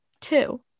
two